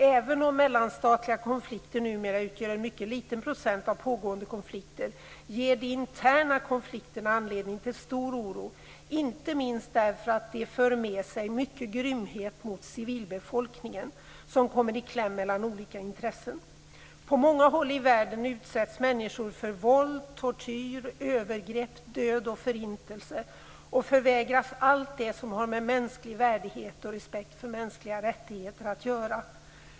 Även om mellanstatliga konflikter numera utgör en mycket liten procent av pågående konflikter, ger de interna konflikterna anledning till stor oro, inte minst därför att de för med sig mycket grymhet mot civilbefolkningen som kommer i kläm mellan olika intressen. På många håll i världen utsätts människor för våld, tortyr, övergrepp, död och förintelse och förvägras allt det som har med mänsklig värdighet och respekt för mänskliga rättigheter att göra.